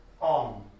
on